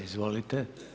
Izvolite.